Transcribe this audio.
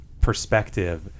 perspective